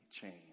change